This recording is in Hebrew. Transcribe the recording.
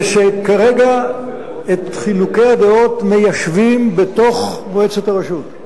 זה שכרגע את חילוקי הדעות מיישבים בתוך מועצת הרשות.